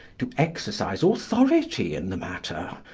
to exercise authority in the matter,